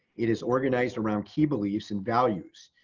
it is organized around key beliefs and values,